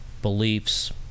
beliefs